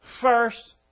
first